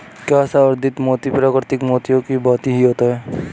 क्या संवर्धित मोती प्राकृतिक मोतियों की भांति ही होता है?